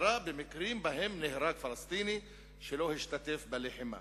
בחקירה במקרים שבהם נהרג פלסטיני שלא השתתף בלחימה